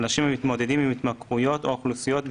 אנשים המתמודדים עם התמכרויות או אוכלוסיות בזנות,